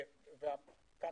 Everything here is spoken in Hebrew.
ובאוסטרליה,